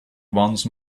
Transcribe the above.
once